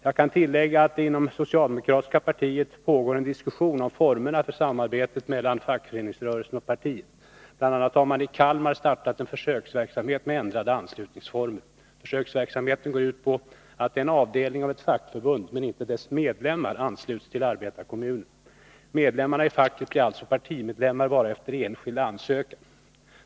Jag kan tillägga att inom det socialdemokratiska partiet pågår det en diskussion om formerna för samarbetet meilan fackföreningsrörelsen och partiet. Bl. a. har man i Kalmar startat en försöksverksamhet med ändrade anslutningsformer. Försöksverksamheten går ut på att en avdelning av ett fackförbund men inte dess medlemmar ansluts till arbetarkommunen. Medlemmarna i facket blir alltså partimedlemmar bara efter enskild ansökan.